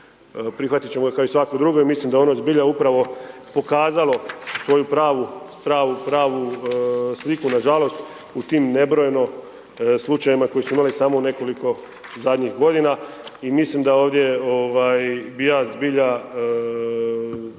prihvatit ćemo ga kao i svako drugo i mislim da ono zbilja upravo pokazalo svoju pravu sliku, nažalost u tim, nebrojeno slučajevima koje smo imali samo u nekoliko zadnjih godina i mislim da ovdje bi ja zbilja